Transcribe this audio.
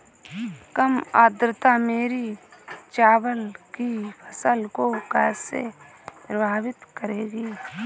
कम आर्द्रता मेरी चावल की फसल को कैसे प्रभावित करेगी?